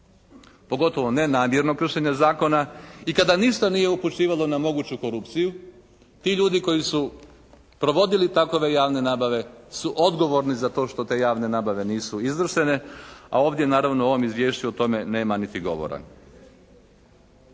pogotovo nenamjernog kršenja zakona. I kada ništa nije upućivalo na moguću korupciju ti ljudi koji su provodili takove javne nabave su odgovorni za to što te javne nabave nisu izvršene. A ovdje naravno u ovom izvješću o tome nema niti govora.